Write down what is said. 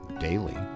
daily